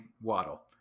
Waddle